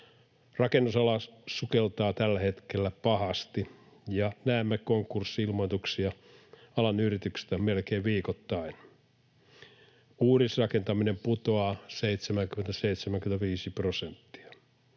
Rakennusala sukeltaa tällä hetkellä pahasti, ja näemme konkurssi-ilmoituksia alan yrityksistä melkein viikoittain. Uudisrakentaminen putoaa 70—75 prosenttia,